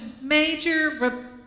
major